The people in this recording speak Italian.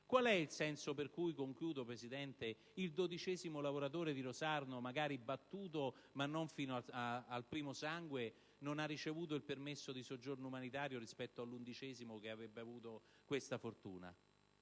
Qual è il senso per cui - concludo, Presidente - il dodicesimo lavoratore di Rosarno, magari battuto ma non fino al sangue, non ha ricevuto il permesso di soggiorno umanitario rispetto all'undicesimo che ha avuto una tale fortuna?